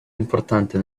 importante